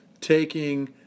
taking